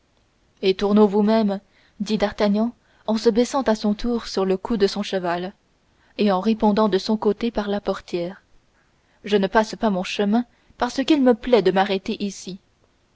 chemin étourneau vous-même dit d'artagnan en se baissant à son tour sur le cou de son cheval et en répondant de son côté par la portière je ne passe pas mon chemin parce qu'il me plaît de m'arrêter ici